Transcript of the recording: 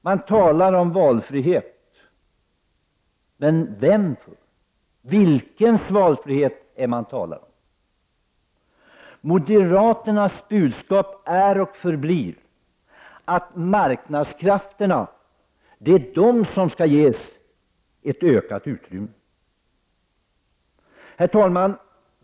Man talar om valfrihet, men vems valfrihet talar man om? Moderaternas budskap är och förblir att det är marknadskrafterna som skall ges ökat utrymme.